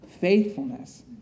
faithfulness